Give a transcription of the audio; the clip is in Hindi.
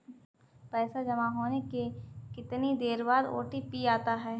पैसा जमा होने के कितनी देर बाद ओ.टी.पी आता है?